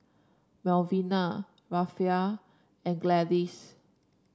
Melvina Rafe and Gladys